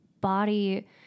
body